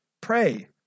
Pray